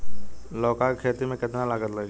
लौका के खेती में केतना लागत लागी?